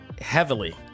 heavily